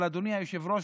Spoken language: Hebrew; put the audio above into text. אבל אדוני היושב-ראש,